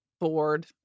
board